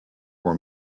for